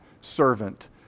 servant